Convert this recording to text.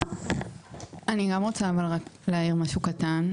אני גם רוצה להעיר משהו קטן.